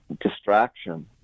distraction